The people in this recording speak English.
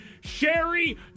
Sherry